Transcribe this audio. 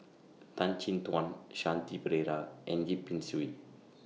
Tan Chin Tuan Shanti Pereira and Yip Pin Xiu